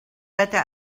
better